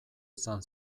izan